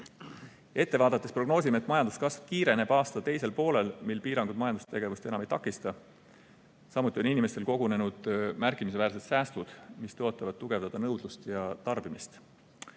Ette vaadates prognoosime, et majanduskasv kiireneb aasta teisel poolel, mil piirangud majandustegevust enam ei takista. Samuti on inimestel kogunenud märkimisväärsed säästud, mis tõotavad tugevdada nõudlust ja tarbimist.